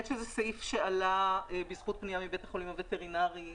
זה סעיף שעלה בזכות פנייה מבית החולים הווטרינרי.